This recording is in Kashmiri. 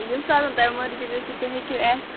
یمہِ ساتہٕ تۄہہِ مَرضی گَژھیٚو تُُہۍ ہیٚکِو یِتھ